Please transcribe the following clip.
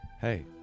hey